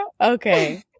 Okay